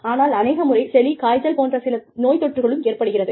ஆனால் அநேக முறை சளி காய்ச்சல் போன்ற சில நோய் தொற்றுகளும் ஏற்படுகிறது